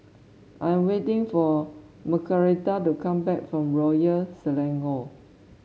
I'm waiting for Margarita to come back from Royal Selangor